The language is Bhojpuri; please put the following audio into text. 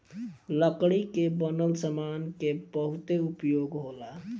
लकड़ी के बनल सामान के बहुते उपयोग होला